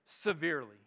severely